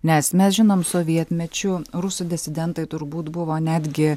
nes mes žinom sovietmečiu rusų disidentai turbūt buvo netgi